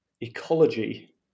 ecology